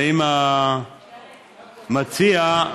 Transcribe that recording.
האם המציע,